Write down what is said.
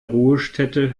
ruhestätte